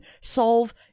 solve